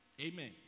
amen